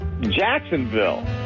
jacksonville